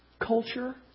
culture